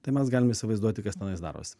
tai mes galim įsivaizduoti kas tenais darosi